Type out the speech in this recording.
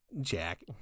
Jack